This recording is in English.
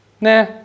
nah